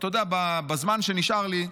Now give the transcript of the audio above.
בזמן שנשאר לי,